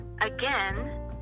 again